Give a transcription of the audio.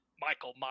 Michael